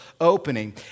opening